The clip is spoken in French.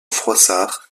froissart